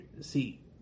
See